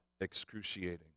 excruciating